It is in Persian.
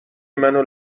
منو